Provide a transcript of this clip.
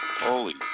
Holy